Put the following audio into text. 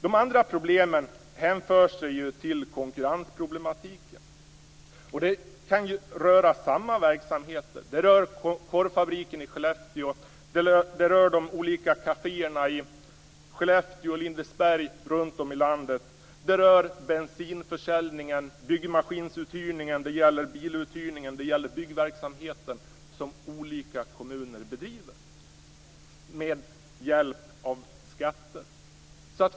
De andra problemen hänför sig ju till konkurrensproblematiken. Det kan röra samma verksamheter. Det rör korvfabriken i Skellefteå, de olika kaféerna i Skellefteå, Lindesberg och runt om landet och det rör den bensinförsäljning, byggmaskinsuthyrning, biluthyrning och byggverksamhet som olika kommuner bedriver med hjälp av skatter.